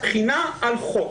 זאת בחינה על חוק.